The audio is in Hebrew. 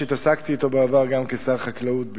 עסקתי בו בעבר גם כשר חקלאות,